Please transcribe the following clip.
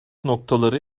noktaları